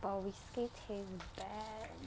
but whisky taste bad